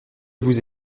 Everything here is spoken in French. vous